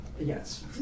Yes